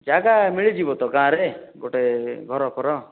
ଜାଗା ମିଳିଯିବ ତ ଗାଁରେ ଗୋଟେ ଘରଫର